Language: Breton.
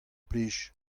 plij